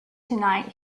tonight